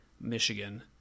Michigan